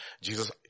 Jesus